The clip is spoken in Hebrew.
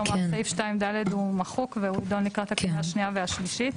כלומר סעיף 2(ד) הוא מחוק והוא יידון לקראת הקריאה השנייה והשלישית.